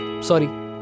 Sorry